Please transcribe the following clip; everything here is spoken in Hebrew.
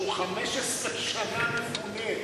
שהוא 15 שנה מפונה,